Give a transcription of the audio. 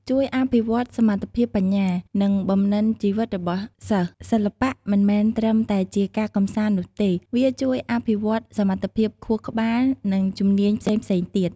ជួយអភិវឌ្ឍសមត្ថភាពបញ្ញា និងបំណិនជីវិតរបស់សិស្ស: សិល្បៈមិនមែនត្រឹមតែជាការកម្សាន្តនោះទេ វាជួយអភិវឌ្ឍន៍សមត្ថភាពខួរក្បាល និងជំនាញផ្សេងៗទៀត។